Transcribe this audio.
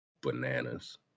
bananas